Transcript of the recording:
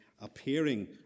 appearing